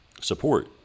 Support